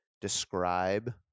describe